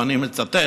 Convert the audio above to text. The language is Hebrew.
ואני מצטט,